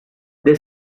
they